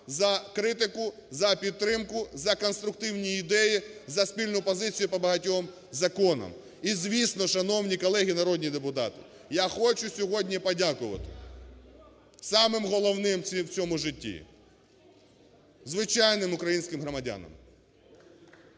за критику, за підтримку, за конструктивні ідеї, за спільну позицію по багатьом законам. І, звісно, шановні колеги народні депутати, я хочу сьогодні подякувати самим головним в цьому житті - звичайним українським громадянам.